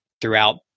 throughout